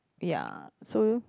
ya so